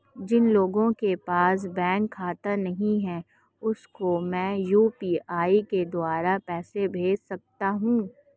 जिन लोगों के पास बैंक खाता नहीं है उसको मैं यू.पी.आई के द्वारा पैसे भेज सकता हूं?